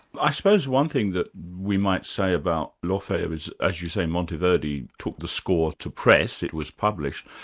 i suppose one thing that we might say about l'orfeo is, as you say monteverdi took the score to press, it was published,